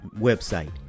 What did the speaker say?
website